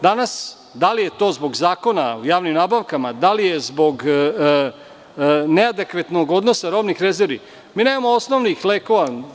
Da li je to zbog Zakona o javnim nabavkama, da li je zbog neadekvatnog odnosa robnih rezervi, nemamo osnovnih lekova.